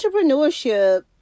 entrepreneurship